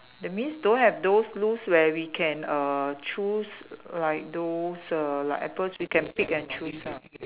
that means don't have those loose where we can err choose like those err like apples we can pick and choose ah